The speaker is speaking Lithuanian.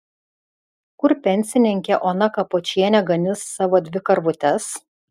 kur pensininkė ona kapočienė ganys savo dvi karvutes